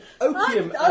Opium